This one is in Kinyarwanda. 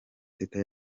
teta